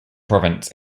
province